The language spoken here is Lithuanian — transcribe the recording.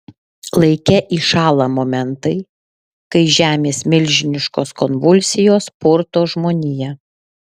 laike įšąla momentai kai žemės milžiniškos konvulsijos purto žmoniją